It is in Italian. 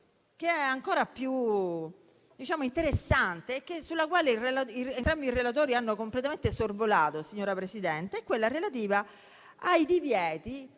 che è ancora più interessante e sulla quale entrambi i relatori hanno completamente sorvolato, è quella relativa al divieto,